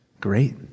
Great